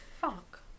fuck